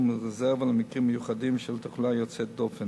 רזרבה למקרים מיוחדים של תחלואה יוצאת דופן.